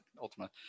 ultima